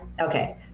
okay